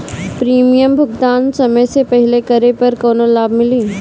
Premium भुगतान समय से पहिले करे पर कौनो लाभ मिली?